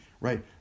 right